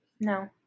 No